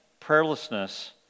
prayerlessness